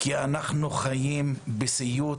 כי אנחנו חיים בסיוט